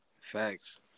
Facts